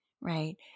right